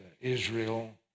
Israel